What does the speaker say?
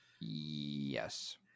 Yes